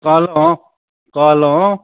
कहलौँ कहलौँ